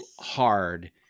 hard